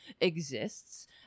exists